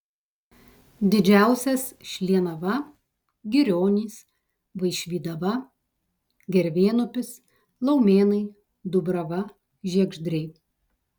didžiausias šlienava girionys vaišvydava gervėnupis laumėnai dubrava žiegždriai